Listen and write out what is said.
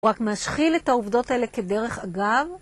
הוא רק משחיל את העובדות האלה כדרך אגב.